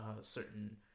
certain